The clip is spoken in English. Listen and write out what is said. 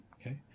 okay